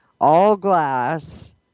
all-glass